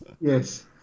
Yes